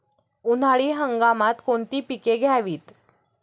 उन्हाळी हंगामात कोणती पिके घ्यावीत?